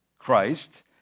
Christ